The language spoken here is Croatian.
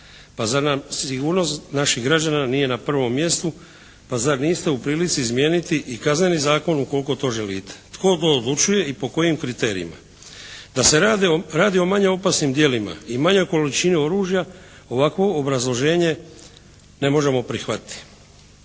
Pa zar nam sigurnost naših građana nije na prvom mjestu, pa zar niste u prilici izmijeniti i Kazneni zakon ukoliko to želite? Tko to odlučuje i po kojim kriterijima? Da se radi o manje opasnim djelima i manjoj količini oružja ovakvo obrazloženje ne možemo prihvatiti.